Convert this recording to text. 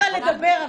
אני אתן לך לדבר,